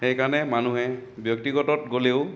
সেইকাৰণে মানুহে ব্যক্তিগতত গ'লেও